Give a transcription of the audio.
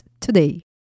today